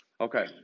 Okay